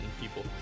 people